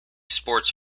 sports